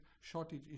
shortage